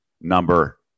number